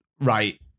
Right